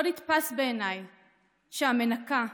לא נתפס בעיניי שהמנקה,